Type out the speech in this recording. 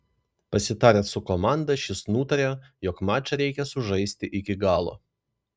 pasitaręs su komanda šis nutarė jog mačą reikia sužaisti iki galo